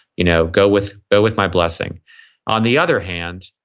you know go with go with my blessing on the other hand,